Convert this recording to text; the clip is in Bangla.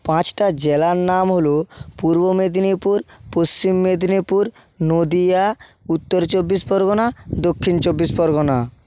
পাঁচটা জেলার নাম হল পূর্ব মেদিনীপুর পশ্চিম মেদিনীপুর নদিয়া উত্তর চব্বিশ পরগনা দক্ষিণ চব্বিশ পরগনা